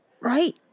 right